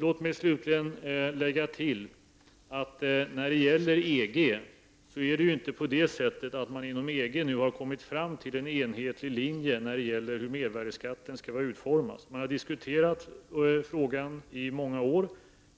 Låt mig slutligen tillägga när det gäller EG att man där inte har kommit fram till en enhetlig linje i fråga om hur mervärdeskatten skall vara utformad. Man har diskuterat frågan i många år;